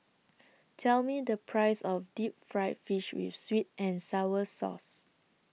Tell Me The Price of Deep Fried Fish with Sweet and Sour Sauce